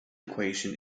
equation